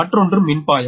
மற்றொன்று மின்பாயம்